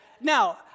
Now